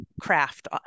craft